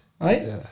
right